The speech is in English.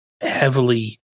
heavily